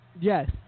Yes